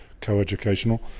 co-educational